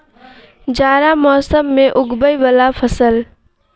जाड़ा मौसम मे उगवय वला फसल?